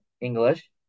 English